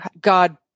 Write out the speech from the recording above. God